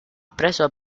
preso